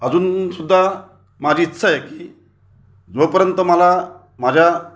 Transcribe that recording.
अजून सुद्धा माझी इच्छा आहे की जोपर्यंत मला माझ्या